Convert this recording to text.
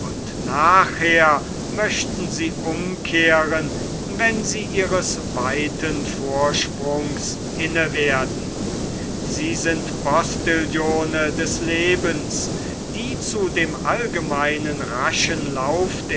und nachher möchten sie umkehren wann sie ihres weiten vorsprungs inne werden sie sind postillione des lebens die zu dem allgemeinen raschen lauf der